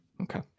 Okay